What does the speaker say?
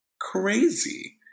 crazy